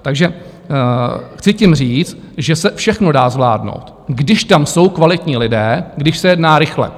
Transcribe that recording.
Takže chci tím říct, že se všechno dá zvládnout, když tam jsou kvalitní lidé, když se jedná rychle.